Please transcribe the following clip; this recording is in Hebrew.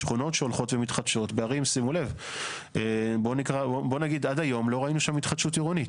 שכונות שהולכות ומתחדשות בערים שעד היום לא ראינו שם התחדשות עירונית.